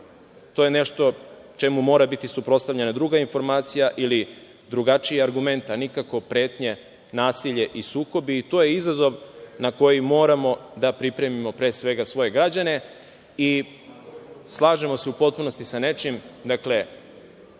je nešto čemu mora biti suprotstavljena druga informacija ili drugačiji argument, a nikako pretnje, nasilje i sukobi. To je izazov na koji moramo da pripremimo, pre svega, svoje građane i slažemo se u potpunosti sa nečim, dakle,